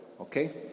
Okay